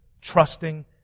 trusting